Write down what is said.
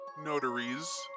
Notaries